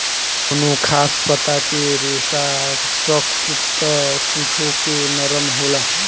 कवनो खास पता के रेसा सख्त त कुछो के नरम होला